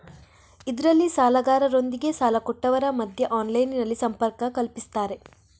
ಇದ್ರಲ್ಲಿ ಸಾಲಗಾರರೊಂದಿಗೆ ಸಾಲ ಕೊಟ್ಟವರ ಮಧ್ಯ ಆನ್ಲೈನಿನಲ್ಲಿ ಸಂಪರ್ಕ ಕಲ್ಪಿಸ್ತಾರೆ